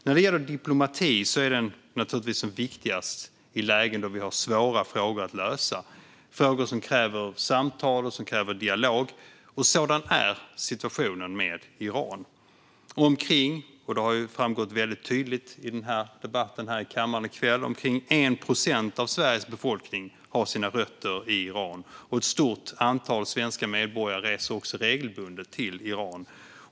När det gäller diplomati är den naturligtvis som viktigast i lägen då vi har svåra frågor att lösa - frågor som kräver samtal och dialog. Sådan är situationen med Iran. Det har framgått väldigt tydligt i debatten här i kammaren i kväll: Omkring 1 procent av Sveriges befolkning har sina rötter i Iran, och ett stort antal svenska medborgare reser också regelbundet till Iran.